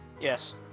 Yes